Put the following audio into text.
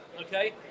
okay